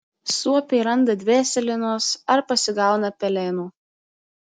suopiai randa dvėselienos ar pasigauna pelėnų